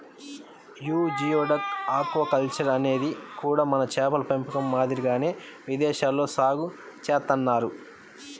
యీ geoduck aquaculture అనేది కూడా మన చేపల పెంపకం మాదిరిగానే విదేశాల్లో సాగు చేత్తన్నారు